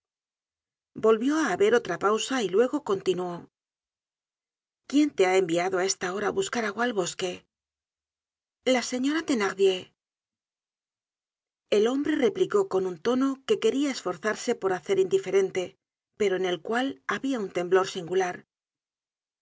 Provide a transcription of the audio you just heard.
volvió á haber otra pausa y luego continuó quién te ha enviado á esta hora á buscar agua al bosque la señora thenardier el hombre replicó con un tono que quería esforzarse por hace indiferente pero en el cual habia un temblor singular